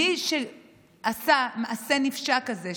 מי שעשה מעשה נפשע כזה,